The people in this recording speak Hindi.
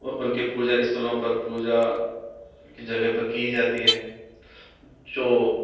और उन उनके पूजा स्थलों पर पूजा की जगह पर की जाती है जो